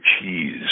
cheese